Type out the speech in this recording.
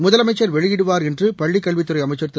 முதலமைச்சா் வெளியிடுவார் என்று பள்ளிக்கல்வித்துறை அமைச்சா் திரு